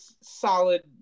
solid